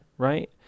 Right